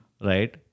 Right